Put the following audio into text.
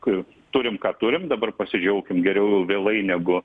kai turim ką turim dabar pasidžiaukim geriau vėlai negu